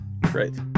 Great